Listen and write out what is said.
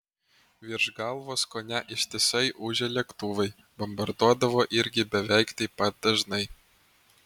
virš galvos kone ištisai ūžė lėktuvai bombarduodavo irgi beveik taip pat dažnai